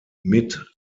mit